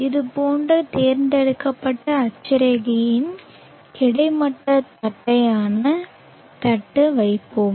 இது போன்ற தேர்ந்தெடுக்கப்பட்ட அட்சரேகையில் கிடைமட்ட தட்டையான தட்டு வைப்போம்